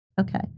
Okay